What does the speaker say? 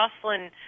Jocelyn